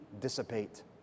dissipate